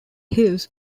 hills